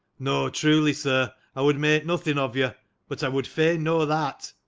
no, truly, sir i would make nothing of you but i would fain know that.